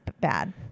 bad